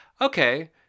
okay